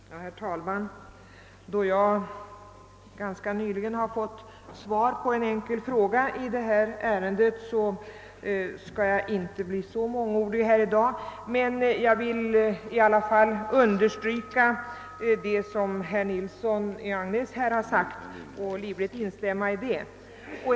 Herr talman! Då jag ganska nyligen har fått svar på en enkel fråga i detta ärende, skall jag inte bli så mångordig i dag. Jag vill i alla fall understryka och livligt instämma i det som herr Nilsson i Agnäs har framfört.